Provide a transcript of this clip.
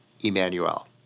Emmanuel